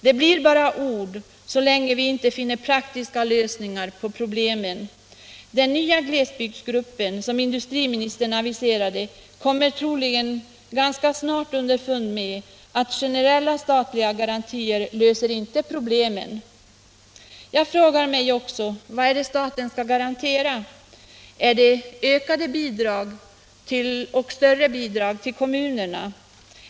Det blir bara ord, så länge vi inte finner praktiska lösningar på problemen. Den nya glesbygdsgruppen, som industriministern aviserade, kommer troligen ganska snart underfund med att generella statliga garantier inte löser problemen. Jag frågar också: Vad är det staten skall garantera? Är det större bidrag till kommunerna?